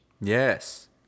Yes